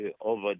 over